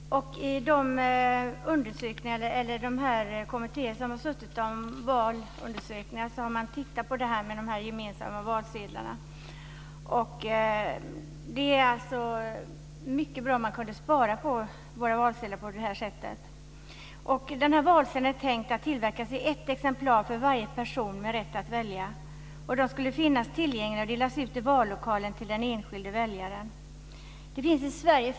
I den kommitté som sysslat med valundersökningar har man tittat på detta med gemensam valsedel. Det vore alltså mycket bra om man på det här sättet kunde spara in på valsedlar. Valsedeln är tänkt att tillverkas i ett exemplar för varje person med rätt att rösta. Valsedlarna ska finnas tillgängliga och delas ut i vallokalen till den enskilde väljaren.